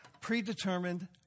predetermined